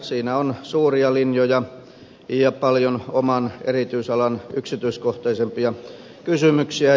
siinä on suuria linjoja ja paljon oman erityisalan yksityiskohtaisempia kysymyksiä